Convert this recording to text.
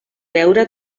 veure